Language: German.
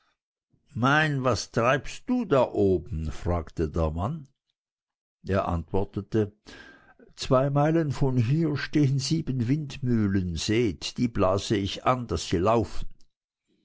mein was treibst du da oben fragte der mann er antwortete zwei meilen von hier stehen sieben windmühlen seht die blase ich an daß sie laufen